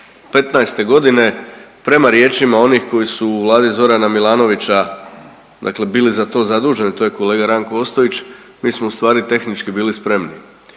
2015. godine prema riječima onih koji su u vladi Zorana Milanovića dakle bili za to zaduženi, to je kolega Ranko Ostojić, mi smo ustvari tehnički bili spremni